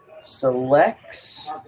selects